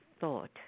thought